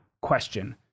question